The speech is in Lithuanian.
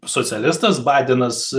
socialistas baidenas